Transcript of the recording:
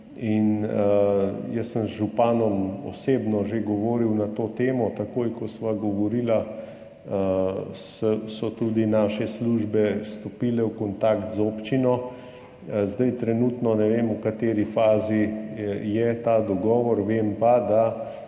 Jaz sem z županom osebno že govoril na to temo, takoj, ko sva govorila, so tudi naše službe stopile v kontakt z občino. Trenutno ne vem, v kateri fazi je ta dogovor, vem pa, da